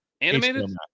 Animated